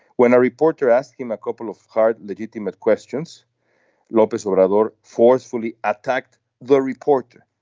when a reporter asked him a couple of hard legitimate questions lopez obrador forcefully attacked the reporter.